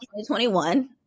2021